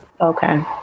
Okay